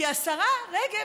כי השרה רגב,